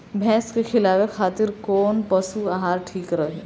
भैंस के खिलावे खातिर कोवन पशु आहार ठीक रही?